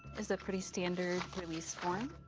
it's a pretty standard release form.